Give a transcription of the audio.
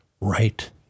right